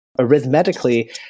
arithmetically